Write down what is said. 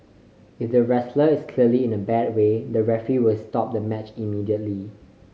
if the wrestler is clearly in a bad way the referee will stop the match immediately